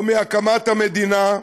או מהקמת המדינה,